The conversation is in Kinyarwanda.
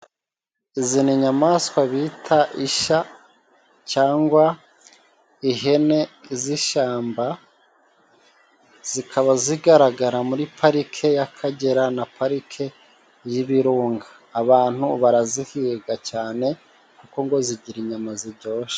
Izi ni inyamanswa bita isha cyangwa ihene z'ishamba, zikaba zigaragara muri Parike y'Akagera na Parike y'Ibirunga, abantu barazihiga cyane, kuko ngo zigira inyama zijyoshe.